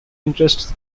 interests